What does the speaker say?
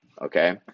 okay